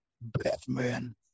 Batman